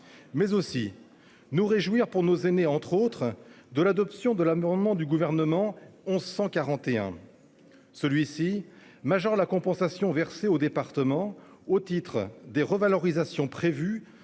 mais aussi nous réjouir pour nos aînés, entre autres, de l'adoption de l'amendement du Gouvernement n° 1141, visant à majorer la compensation versée aux départements au titre des revalorisations prévues